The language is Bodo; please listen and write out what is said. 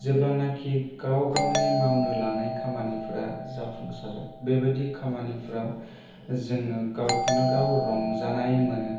जेब्लानाखि गाव गावनि मावनो लानाय खामानिफ्रा जाफुंसारो बेबायदि खामानिफ्राव जोङो गावखौनो गाव रंजानाय मोनो